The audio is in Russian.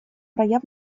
проявлена